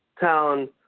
town